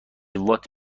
وات